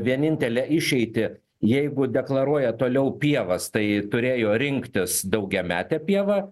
vienintelę išeitį jeigu deklaruoja toliau pievas tai turėjo rinktis daugiametę pievą